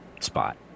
spot